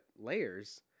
layers